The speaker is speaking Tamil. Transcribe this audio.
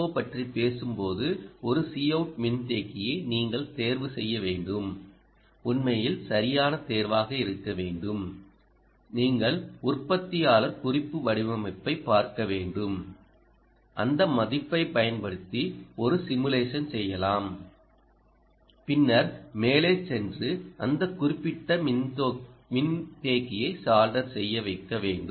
ஓ பற்றி பேசும்போது ஒரு Cout மின்தேக்கியை நீங்கள் தேர்வு செய்ய வேண்டும் உண்மையில் சரியான தேர்வாக இருக்க வேண்டும் நீங்கள் உற்பத்தியாளர் குறிப்பு வடிவமைப்பைப் பார்க்க வேண்டும் அந்த மதிப்பைப் பயன்படுத்தி ஒரு சிமுலேஷன் செய்யலாம் பின்னர் மேலே சென்று அந்த குறிப்பிட்ட மின்தேக்கியைப் சால்டர் செய்ய வைக்க வேண்டும்